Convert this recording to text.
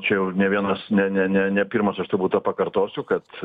čia jau ne vienas ne ne ne ne pirmas aš turbūt pakartosiu kad